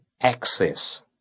access